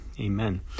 amen